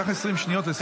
קח 20 שניות לסיכום.